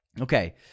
Okay